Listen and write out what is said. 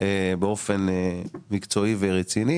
באופן מקצועי ורציני.